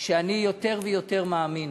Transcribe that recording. שאני יותר ויותר מאמין